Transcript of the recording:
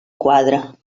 quadre